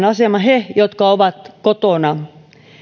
asema heidän jotka ovat kotona